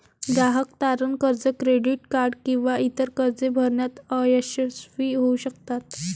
ग्राहक तारण कर्ज, क्रेडिट कार्ड किंवा इतर कर्जे भरण्यात अयशस्वी होऊ शकतात